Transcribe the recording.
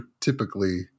typically